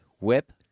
Whip